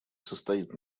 состоит